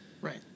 Right